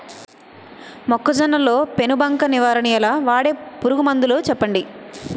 మొక్కజొన్న లో పెను బంక నివారణ ఎలా? వాడే పురుగు మందులు చెప్పండి?